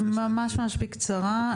ממש בקצרה.